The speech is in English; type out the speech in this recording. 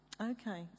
Okay